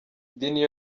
dinho